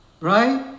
right